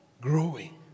growing